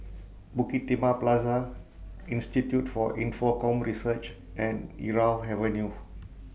Bukit Timah Plaza Institute For Infocomm Research and Irau Avenue